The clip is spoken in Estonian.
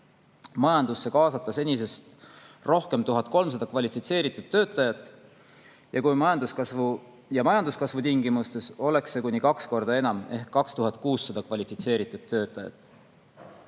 majandusse kaasata senisest 1300 kvalifitseeritud töötajat rohkem ja majanduskasvu tingimustes oleks see kuni kaks korda enam ehk 2600 kvalifitseeritud töötajat.